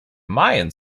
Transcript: mayan